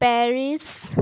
Paris